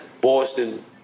Boston